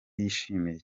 yishimye